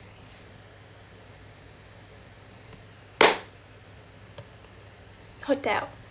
hotel